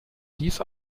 dies